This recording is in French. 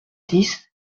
dix